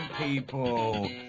people